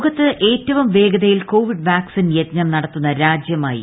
ലോകത്ത് ഏറ്റവും വേഗതയിൽ കോവിഡ് വാക്സിൻ യജ്ഞം നടത്തുന്ന രാജ്യമായി ഇന്ത്യ മാറി